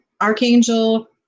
Archangel